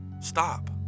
Stop